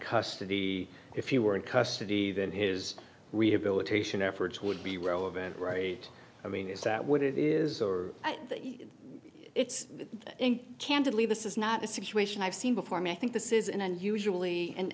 custody if you were in custody then his rehabilitation efforts would be relevant right i mean is that what it is or it's candidly this is not a situation i've seen before me i think this is an unusually and